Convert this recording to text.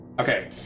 Okay